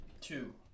two